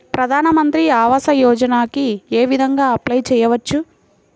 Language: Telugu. ప్రధాన మంత్రి ఆవాసయోజనకి ఏ విధంగా అప్లే చెయ్యవచ్చు?